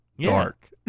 Dark